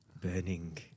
burning